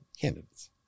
candidates